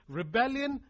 rebellion